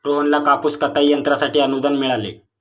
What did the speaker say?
रोहनला कापूस कताई यंत्रासाठी अनुदान मिळाले